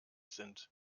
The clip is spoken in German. sind